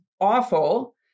awful